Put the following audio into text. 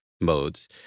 modes